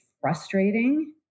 frustrating